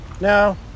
no